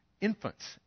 infants